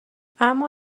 اما